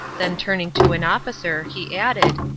then turning to an officer, he added,